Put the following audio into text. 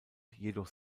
jedoch